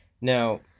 Now